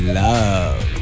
love